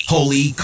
Holy